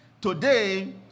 today